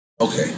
Okay